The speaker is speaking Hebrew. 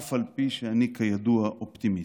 אף על פי שאני כידוע אופטימיסט".